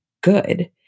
good